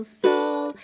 soul